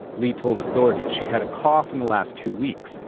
lee told authorities she'd had a cough in the last two weeks.